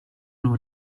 non